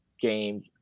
game